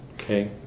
okay